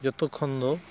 ᱡᱚᱛᱚ ᱠᱷᱚᱱ ᱫᱚ